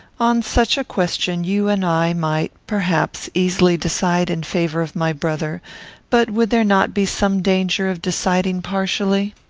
on such a question you and i might, perhaps, easily decide in favour of my brother but would there not be some danger of deciding partially?